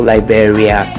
Liberia